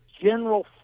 general